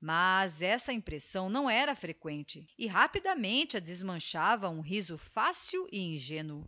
mas essa impressão não era frequente e rapidamente a desmanchava um riso fácil e ingénuo